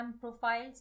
profiles